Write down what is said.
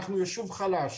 אנחנו יישוב חלש